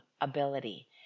ability